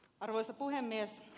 arvoisa puhemies